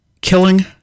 killing